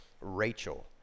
Rachel